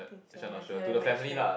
think so ya tell them matchmake